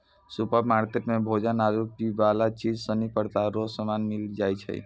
supermarket मे भोजन आरु पीयवला चीज सनी प्रकार रो समान मिली जाय छै